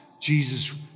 Jesus